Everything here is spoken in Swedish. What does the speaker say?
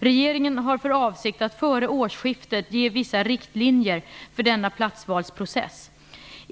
Regeringen har för avsikt att före årsskiftet ge vissa riktlinjer för denna platsvalsprocess.